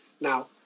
Now